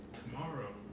tomorrow